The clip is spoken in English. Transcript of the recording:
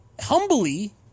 humbly